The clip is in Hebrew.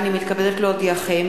הנני מתכבדת להודיעכם,